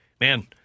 man